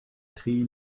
tri